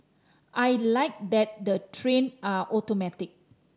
I like that the train are automatic